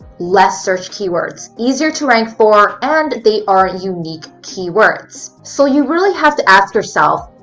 less searched keywords. easier to rank for and they are unique keywords. so you really have to ask yourself,